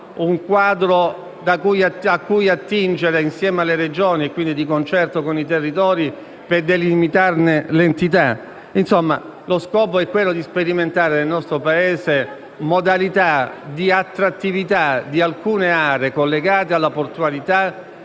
un quadro normativo cui attingere insieme alle Regioni, quindi di concerto con i territori, per delimitarne l'entità. Lo scopo è quello di sperimentare nel nostro Paese modalità di attrattività di alcune aree collegate alla portualità